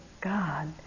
God